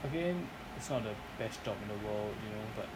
again it's not the best job in the world you know but